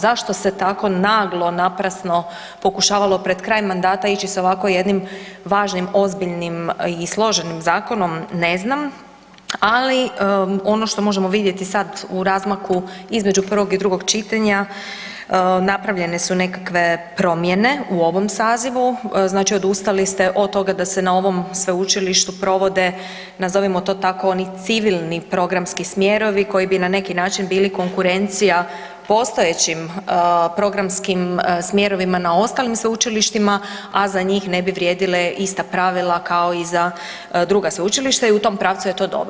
Zašto se tako naglo naprasno pokušavalo pred kraj mandata ići sa ovako jednim važnim, ozbiljnim i složenim zakonom, ne znam, ali ono što možemo vidjeti sad u razmaku između prvog i drugog čitanja, napravljene su nekakve promjene u ovom sazivu, znači odustali ste od toga da se na ovom sveučilištu provode nazovimo to tako oni civilni programski smjerovi koji bi na neki način bili konkurencija postojećim programskim smjerovima na ostalima sveučilištima a za njih ne bi vrijedile ista pravila kao i za druga sveučilišta i u tom pravcu je to dobro.